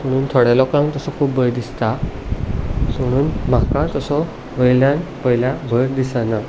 पूण थोड्या लोकांक तसो खूब भंय दिसता पुणून म्हाका तसो वयल्यान पयल्यार भंय दिसना